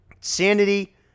Sanity